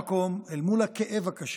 כאן המקום, אל מול הכאב הקשה,